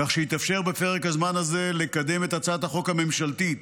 כך שיתאפשר בפרק הזמן הזה לקדם את הצעת החוק הממשלתית